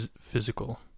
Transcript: physical